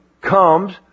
comes